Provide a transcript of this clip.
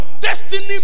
destiny